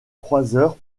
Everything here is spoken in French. croiseur